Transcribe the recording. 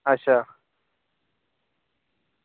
अच्छा